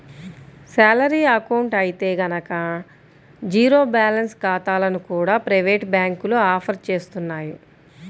salary account అయితే గనక zero balance ఖాతాలను కూడా ప్రైవేటు బ్యాంకులు ఆఫర్ చేస్తున్నాయి